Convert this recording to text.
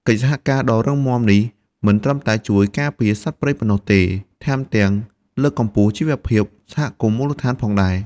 កិច្ចសហការដ៏រឹងមាំនេះមិនត្រឹមតែជួយការពារសត្វព្រៃប៉ុណ្ណោះទេ ថែមទាំងលើកកម្ពស់ជីវភាពសហគមន៍មូលដ្ឋានផងដែរ។